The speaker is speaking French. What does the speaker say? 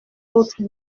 autres